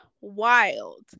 wild